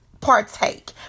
partake